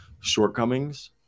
shortcomings